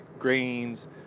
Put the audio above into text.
grains